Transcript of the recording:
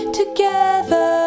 together